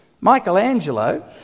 Michelangelo